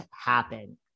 happen